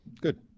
Good